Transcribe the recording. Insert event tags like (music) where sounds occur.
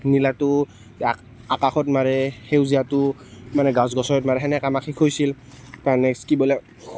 নীলাটো আকাশত মাৰে সেজীয়াটো মানে গছ গছনিত মানে সেনেকা (unintelligible) খুজিছিল তাৰ নেক্সট কি বোলে